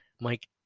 Mike